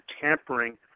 tampering